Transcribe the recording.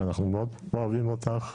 אנחנו מאוד אוהבים אותך,